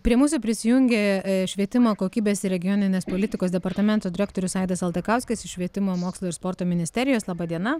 prie mūsų prisijungė švietimo kokybės ir regioninės politikos departamento direktorius aidas aldakauskas iš švietimo mokslo ir sporto ministerijos laba diena